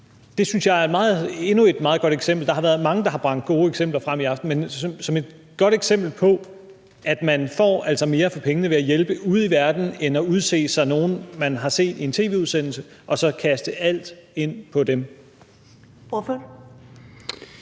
Det synes jeg er endnu et meget godt eksempel på – der er mange, der har bragt gode eksempler frem i aften – at man altså får mere for pengene ved at hjælpe ude i verden end ved at udse sig nogle, man har set i en tv-udsendelse, og så kaste alt ind på dem.